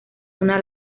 una